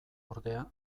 ordea